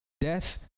Death